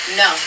no